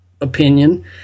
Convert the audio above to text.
opinion